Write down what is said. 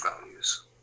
values